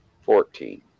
Fourteen